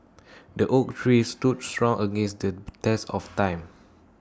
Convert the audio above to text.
the oak tree stood strong against the test of time